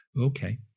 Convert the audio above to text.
Okay